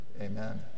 amen